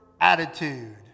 attitude